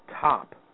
top